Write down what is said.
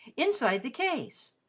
inside the case.